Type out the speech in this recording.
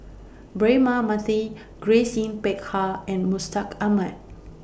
Braema Mathi Grace Yin Peck Ha and Mustaq Ahmad